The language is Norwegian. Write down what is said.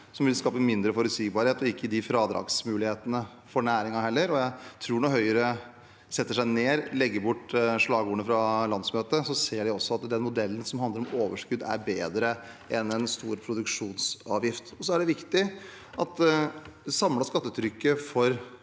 som vil skape mindre forutsigbarhet – og ikke gi de fradragsmulighetene for næringen, heller. Jeg tror at når Høyre setter seg ned og legger bort slagordene fra landsmøtet, ser de at den modellen som handler om overskudd, er bedre enn en stor produksjonsavgift. Det er viktig at det samlede skattetrykket for